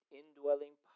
indwelling